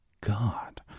God